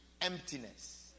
emptiness